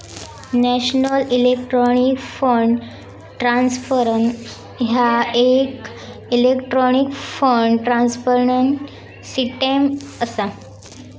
national electronic fund transfer ह्या येक electronic fund transfer system असा